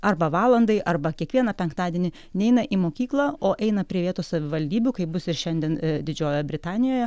arba valandai arba kiekvieną penktadienį neina į mokyklą o eina prie vietos savivaldybių kaip bus ir šiandien didžiojoje britanijoje